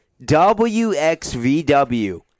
WXVW